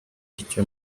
ryo